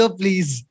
please